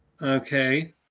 Okay